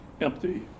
empty